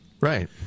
right